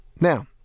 Now